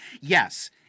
Yes